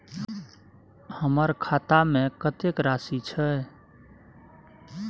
हमर खाता में कतेक राशि छै?